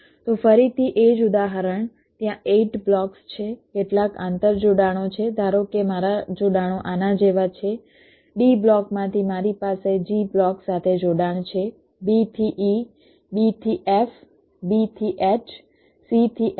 તો ફરીથી એ જ ઉદાહરણ ત્યાં 8 બ્લોક્સ છે કેટલાક આંતરજોડાણો છે ધારો કે મારા જોડાણો આના જેવા છે D બ્લોકમાંથી મારી પાસે G બ્લોક સાથે જોડાણ છે B થી E B થી F B થી H C થી H